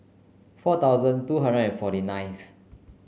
four thousand two hundred and forty ninth